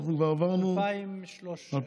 ב-2013.